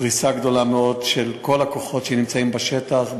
פריסה גדולה מאוד של כל הכוחות שנמצאים בשטח.